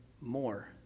more